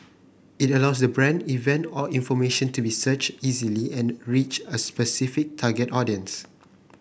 it allows the brand event or information to be searched easily and reach a specific target audience